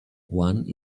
one